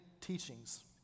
teachings